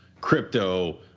crypto